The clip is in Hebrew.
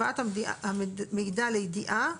הבאת המידע לידיעה,